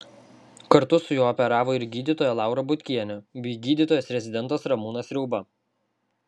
kartu su juo operavo ir gydytoja laura butkienė bei gydytojas rezidentas ramūnas riauba